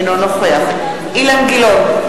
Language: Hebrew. אינו נוכח אילן גילאון,